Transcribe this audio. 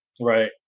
Right